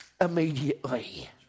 immediately